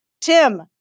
Tim